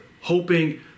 hoping